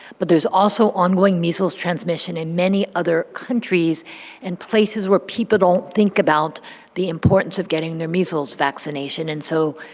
but, there's also ongoing measles transmission in many other countries and places where people don't think about the importance of getting their measles vaccination. and so,